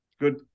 Good